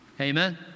Amen